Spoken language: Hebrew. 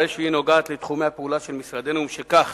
הרי שהיא נוגעת לתחומי הפעולה של משרדנו, ומשכך